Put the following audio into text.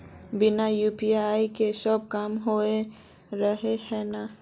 बिना यु.पी.आई के सब काम होबे रहे है ना?